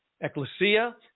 ecclesia